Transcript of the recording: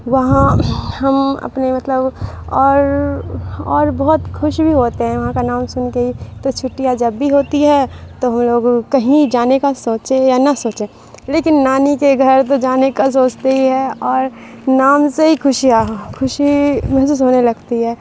وہاں ہم اپنے مطلب اور اور بہت خوش بھی ہوتے ہیں وہاں کا نام سن کے ہی تو چھٹیاں جب بھی ہوتی ہے تو ہم لوگ کہیں جانے کا سوچیں یا نہ سوچیں لیکن نانی کے گھر تو جانے کا سوچتے ہی ہیں اور نام سے ہی خوشیاں خوشی محسوس ہونے لگتی ہے